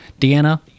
Deanna